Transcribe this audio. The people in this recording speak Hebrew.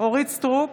אורית מלכה סטרוק,